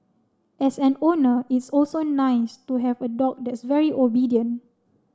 as an owner it's also nice to have a dog that's very obedient